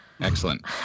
excellent